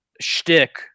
shtick